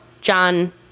John